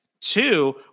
Two